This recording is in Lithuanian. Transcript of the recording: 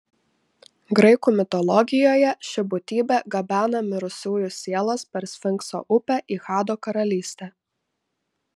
graikų mitologijoje ši būtybė gabena mirusiųjų sielas per sfinkso upę į hado karalystę